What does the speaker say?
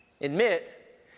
Admit